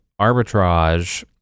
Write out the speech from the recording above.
arbitrage